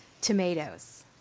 Tomatoes